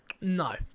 No